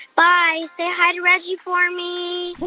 bye. say hi to reggie for me hi,